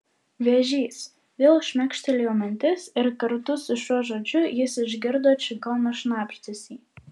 vėžys vėl šmėkštelėjo mintis ir kartu su šiuo žodžiu jis išgirdo čigono šnabždesį